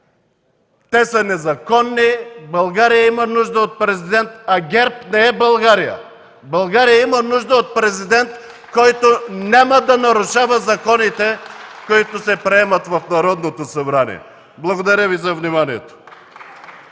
са незаконни. България има нужда от президент, а ГЕРБ не е България. България има нужда от президент, който няма да нарушава законите, които се приемат в Народното събрание. Благодаря. (Ръкопляскания от